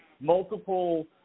multiple